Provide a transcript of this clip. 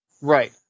right